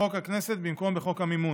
בחוק הכנסת במקום בחוק המימון.